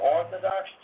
Orthodox